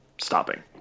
stopping